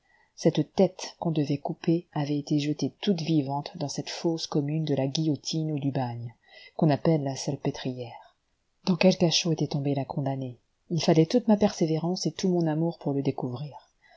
cette tête qu'on devait couper avait été jetée toute vivante dans cette fosse commune de la guillotine ou du bagne qu'on appelle la salpêtrière dans quel cachot était tombée la condamnée il fallait toute ma persévérance et tout mon amour pour le découvrir